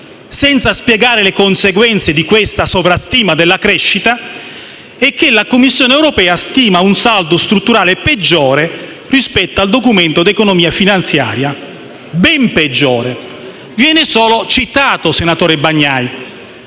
senza spiegare le conseguenze di questa sovrastima, né che la Commissione europea stima un saldo strutturale ben peggiore rispetto al Documento di economia e finanza. Viene solo citato, senatore Bagnai,